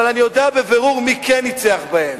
אבל אני יודע בבירור מי כן ניצח בהם,